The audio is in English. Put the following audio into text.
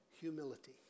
humility